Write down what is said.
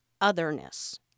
otherness